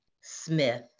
Smith